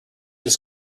this